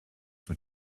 for